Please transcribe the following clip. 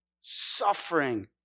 suffering